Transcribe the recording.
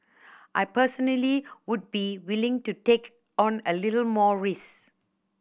I personally would be willing to take on a little more risk